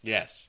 Yes